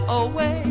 away